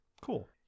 Cool